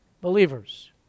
Believers